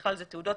ובכלל זה תעודות,